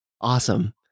Awesome